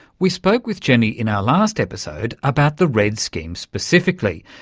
we spoke with jenny in our last episode about the redd scheme specifically,